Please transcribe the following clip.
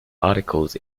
articles